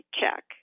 check